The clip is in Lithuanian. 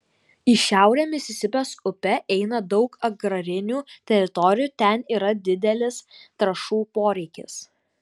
į šiaurę misisipės upe eina daug agrarinių teritorijų ten yra didelis trąšų poreikis